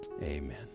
Amen